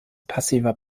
passiver